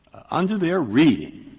under their reading,